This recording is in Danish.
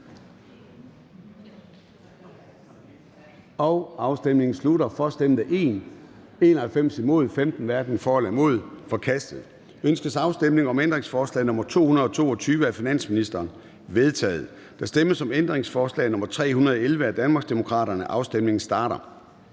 hverken for eller imod stemte 15 (DD og KF). Ændringsforslaget er forkastet. Ønskes afstemning om ændringsforslag nr. 222 af finansministeren? Det er vedtaget. Der stemmes om ændringsforslag nr. 311 af Danmarksdemokraterne. Afstemningen starter.